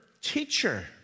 teacher